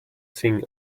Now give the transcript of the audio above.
sing